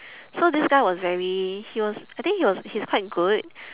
so this guy was very he was I think he was he's quite good